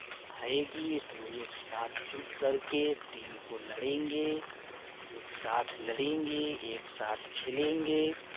आएगी तो एक साथ जुट करके टीम को लड़ेंगे एक साथ लड़ेंगे एक साथ खेलेंगे